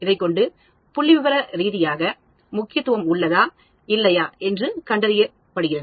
இதைக்கொண்டு புள்ளிவிபரரீதியாக முக்கியத்துவம் உள்ளதா இல்லையா என்று கண்டறிய படுகிறது